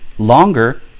Longer